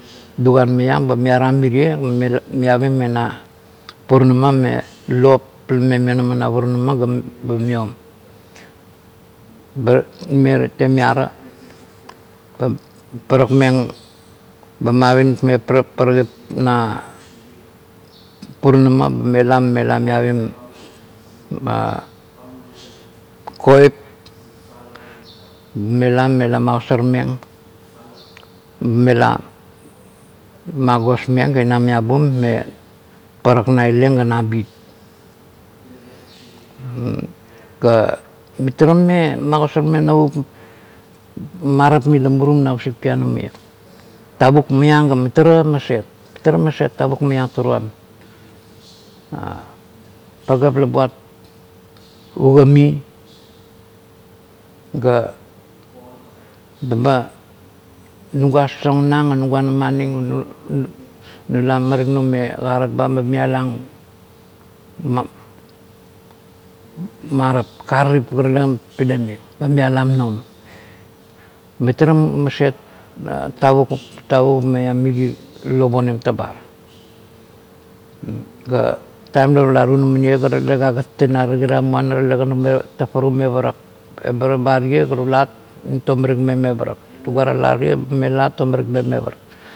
Luguam maiam ba maiaram mirie mairim mena puranama me lop lame mainama na puranema ga maiom ba temaira ga parakmeng ba ma pinis na eng parakip na puranama mela ba mela maivim koip mela mela makosar mang mela ma gosmeng ga ina miabum me parak naileng ga nabit ga mitara makisar meng navup maiap mila murum na usik pianam mmaiong tavuk maiom ga mitara maset mitara maset tavuk maiang toruan pagap la buat ugami ga eba nuga sasang nang or nuga na maning nuga mariknung me karat ba marelang marap kararip la tale pile meng ba mailang noun mitara maset taurukup maim mire lop onim tabar ga taim la tula tinama tale ga gat ina terigirang muna la tale tume ta parung me parak leba taba rie ga tula rie ba tomarikneng me pararak ba tala tie ba tomarik me parak.